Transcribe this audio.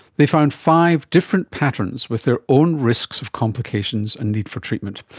they found five different patterns with their own risks of complications and need for treatment.